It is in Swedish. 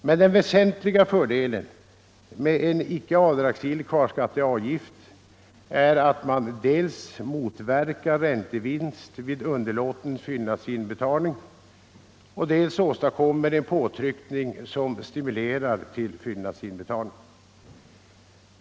Men den väsentliga fördelen med en icke avdragsgill kvarskatteavgift är att man dels motverkar räntevinst vid underlåten fyllnadsinbetalning, dels åstadkommer en påtryckning som stimulerar till fyllnadsinbetalning.